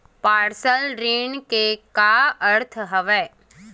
Personal ऋण के का अर्थ हवय?